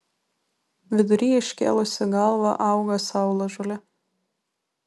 vidury iškėlusi galvą auga saulažolė